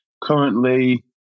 currently